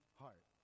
heart